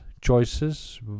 choices